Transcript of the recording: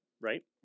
right